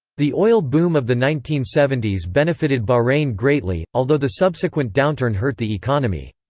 the oil boom of the nineteen seventy s benefited bahrain greatly, although the subsequent downturn hurt the economy.